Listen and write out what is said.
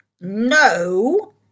no